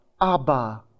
abba